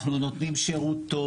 אנחנו נותנים שירות טוב.